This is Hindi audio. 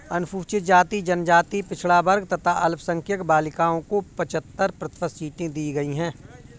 अनुसूचित जाति, जनजाति, पिछड़ा वर्ग तथा अल्पसंख्यक बालिकाओं को पचहत्तर प्रतिशत सीटें दी गईं है